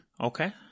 Okay